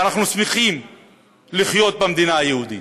אנחנו שמחים לחיות במדינה היהודית.